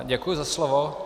Děkuji za slovo.